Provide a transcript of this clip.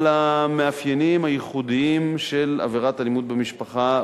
אבל המאפיינים הייחודיים של עבירת האלימות במשפחה,